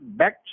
back